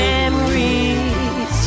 Memories